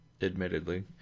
admittedly